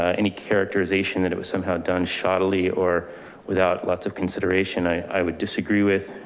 ah any characterization that it was somehow done shoddily or without lots of consideration, i would disagree with,